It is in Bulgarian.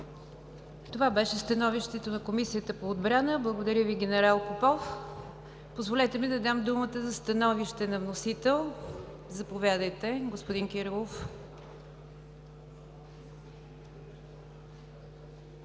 Това беше становището на Комисията по отбрана. Благодаря Ви, ген. Попов. Позволете ми да дам думата за становище на вносителя. Заповядайте, господин Кирилов.